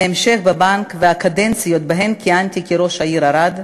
המשך בבנק והקדנציות שבהן כיהנתי כראש העיר ערד,